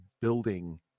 building